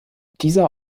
dieser